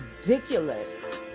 ridiculous